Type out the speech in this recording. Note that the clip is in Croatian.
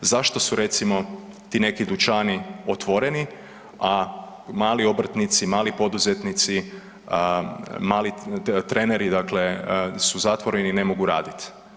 Zašto su recimo ti neki dućani otvoreni, a mali obrtnici, mali poduzetnici, mali treneri su zatvoreni i ne mogu radit?